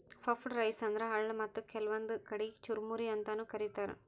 puffed rice ಅಂದ್ರ ಅಳ್ಳ ಮತ್ತ್ ಕೆಲ್ವನ್ದ್ ಕಡಿ ಚುರಮುರಿ ಅಂತಾನೂ ಕರಿತಾರ್